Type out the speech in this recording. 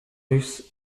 russe